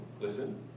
Listen